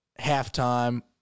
halftime